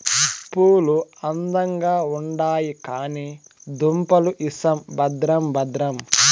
పూలు అందంగా ఉండాయి కానీ దుంపలు ఇసం భద్రం భద్రం